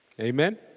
Amen